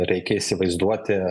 reikia įsivaizduoti